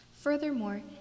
Furthermore